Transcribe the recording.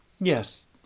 Yes